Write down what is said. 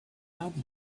out